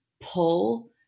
pull